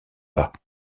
pas